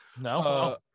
no